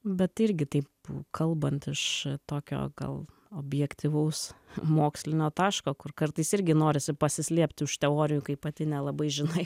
bet irgi taip kalbant iš tokio gal objektyvaus mokslinio taško kur kartais irgi norisi pasislėpti už teorijų kai pati nelabai žinai